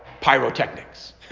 pyrotechnics